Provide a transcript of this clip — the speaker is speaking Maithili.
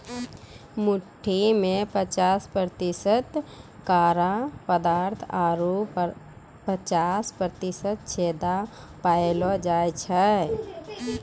मट्टी में पचास प्रतिशत कड़ा पदार्थ आरु पचास प्रतिशत छेदा पायलो जाय छै